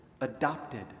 adopted